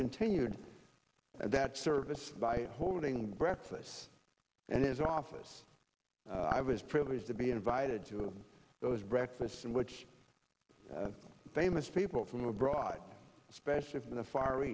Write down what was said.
continued that service by holding a breakfast and his office i was privileged to be invited to those breakfasts in which famous people from abroad especially from the far